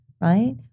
right